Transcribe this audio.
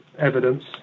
Evidence